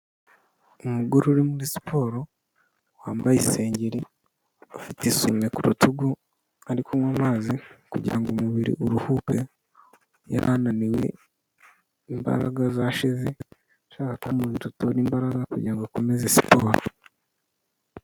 Umugore uri muri siporo wambaye isengeri, ufite isume ku rutugu, ari kunywa amazi kugira ngo umubiri uruhuke, yari ananiwe imbaraga zashize, ashaka ko umubiri utora imbaraga kugira ngo akomeze siporo.